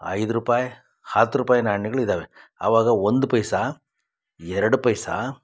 ಐದು ರೂಪಾಯಿ ಹತ್ತು ರೂಪಾಯಿ ನಾಣ್ಯಗಳು ಇದ್ದಾವೆ ಆವಾಗ ಒಂದು ಪೈಸೆ ಎರಡು ಪೈಸೆ